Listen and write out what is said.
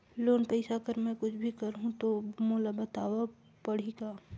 Loan पइसा कर मै कुछ भी करहु तो मोला बताव पड़ही का?